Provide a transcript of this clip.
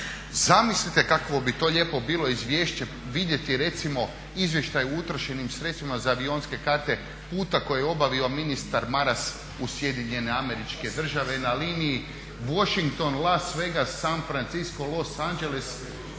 Zamislite kakvo bi to bilo lijepo izvješće vidjeti recimo izvještaj o utrošenim sredstvima za avionske karte puta koji je obavio ministar Maras u SAD na liniji Washington-Las Vegas-San Francisco-Los Angeles